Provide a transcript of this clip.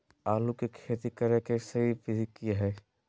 आलू के खेती करें के सही विधि की हय?